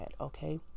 Okay